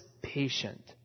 patient